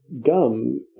gum